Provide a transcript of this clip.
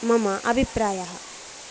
मम अभिप्रायः